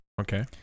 Okay